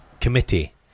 Committee